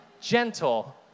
gentle